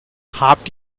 habt